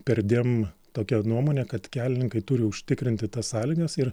perdėm tokia nuomonė kad kelininkai turi užtikrinti tas sąlygas ir